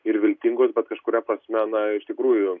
ir viltingos bet kažkuria prasme na iš tikrųjų